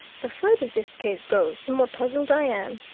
the further this case goes, the more puzzled i am,